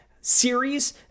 series